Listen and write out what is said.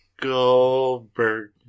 Goldberg